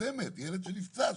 ילד שנפצע שם,